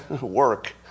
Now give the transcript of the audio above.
work